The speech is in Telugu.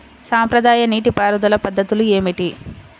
సాంప్రదాయ నీటి పారుదల పద్ధతులు ఏమిటి?